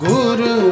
Guru